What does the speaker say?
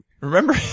Remember